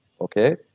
okay